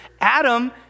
Adam